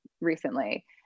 recently